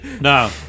No